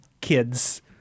kids